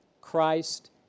Christ